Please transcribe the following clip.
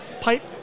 pipe